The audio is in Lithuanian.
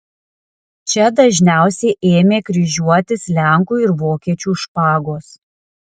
čia dažniausiai ėmė kryžiuotis lenkų ir vokiečių špagos